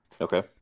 Okay